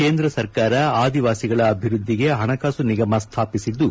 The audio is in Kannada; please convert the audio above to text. ಕೇಂದ್ರ ಸರ್ಕಾರ ಆದಿವಾಸಿಗಳ ಅಭಿವೃದ್ದಿಗೆ ಹಣಕಾಸು ನಿಗಮ ಸ್ಥಾಪಿಸಿದ್ದು